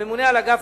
הממונה על אגף